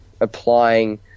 applying